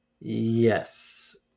yes